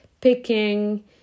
picking